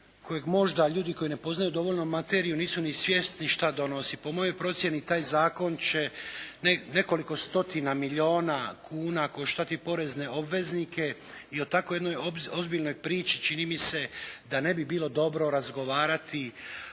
kojeg možda ljudi koji ne poznaju dovoljno materiju, nisu ni svjesni šta donosi. Po mojoj procjeni taj zakon će nekoliko stotina milijuna kuna koštati porezne obveznike i o takvoj jednoj ozbiljnoj priči čini mi se da ne bi bilo dobro razgovarati